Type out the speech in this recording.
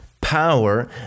power